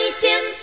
Tim